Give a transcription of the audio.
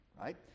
right